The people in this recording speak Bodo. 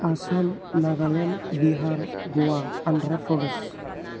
आसाम नागालेण्ड बिहार गवा आन्ध्रा प्रदेस